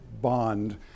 bond